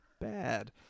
bad